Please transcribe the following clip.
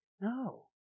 No